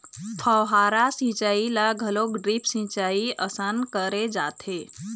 फव्हारा सिंचई ल घलोक ड्रिप सिंचई असन करे जाथे